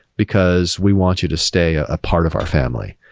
because we want you to stay a part of our family.